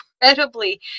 incredibly